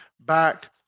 back